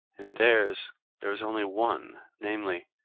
in theirs there is only one, namely,